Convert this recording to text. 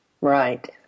Right